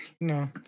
No